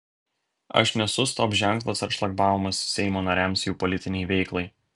aš nesu stop ženklas ar šlagbaumas seimo nariams jų politinei veiklai